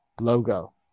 logo